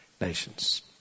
nations